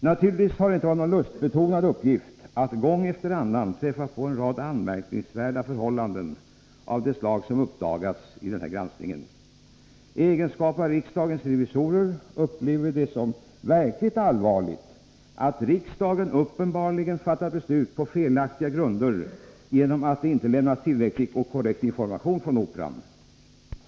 Naturligtvis har det inte varit någon lustbetonad uppgift att gång efter annan träffa på en rad anmärkningsvärda förhållanden av det slag som uppdagats vid denna granskning. I egenskap av riksdagens revisorer upplever vi det som verkligt allvarligt att riksdagen uppenbarligen fattat beslut på felaktiga grunder genom att det inte lämnats tillräcklig och korrekt information från Operan.